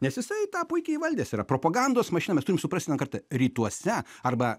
nes jisai tą puikiai įvaldęs yra propagandos mašina mes turim suprast vieną kartą rytuose arba